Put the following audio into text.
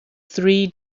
three